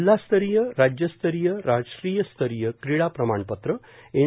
जिल्हास्तरीय राज्यस्तरीय राष्ट्रीयस्तरीय क्रीडा प्रमाणपत्र एन